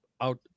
out